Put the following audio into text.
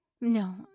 No